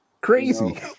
crazy